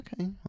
Okay